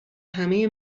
همه